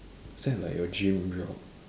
is that like your dream job